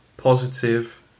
Positive